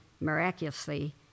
miraculously